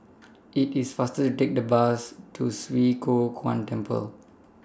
IT IS faster to Take The Bus to Swee Kow Kuan Temple